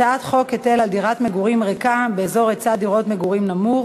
הצעת חוק היטל על דירת מגורים ריקה באזור היצע דירות מגורים נמוך,